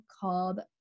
called